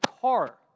car